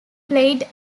played